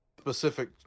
specific